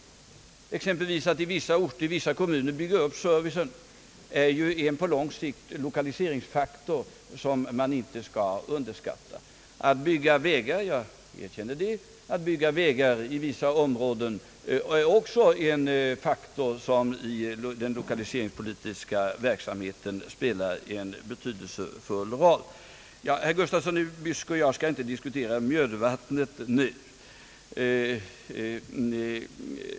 Att exempelvis i vissa kommuner bygga ut servicen är på lång sikt en lokaliseringsfaktor som man inte skall underskatta. Att bygga vägar — jag erkänner det — i vissa områden är också en faktor som spelar en betydelsefull roll i den lokaliseringspolitiska verksamheten. Jag skall inte diskutera Mjödvattnet nu, herr Nils-Eric Gustafsson.